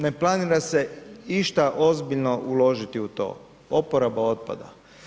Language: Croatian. Ne planira se išta ozbiljno uložiti u to, oporaba otpada.